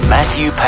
Matthew